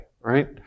right